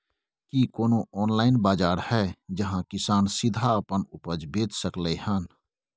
की कोनो ऑनलाइन बाजार हय जहां किसान सीधा अपन उपज बेच सकलय हन?